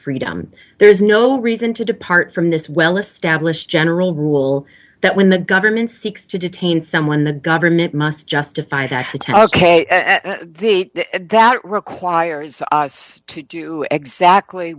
freedom there is no reason to depart from this well established general rule that when the government seeks to detain someone the government must justify the act a task that requires us to do exactly